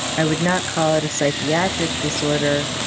i would not call it a psychiatric disorder,